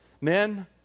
Men